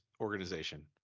organization